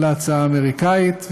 על ההצעה האמריקנית,